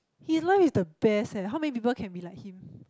his life is the best eh how many people can be like him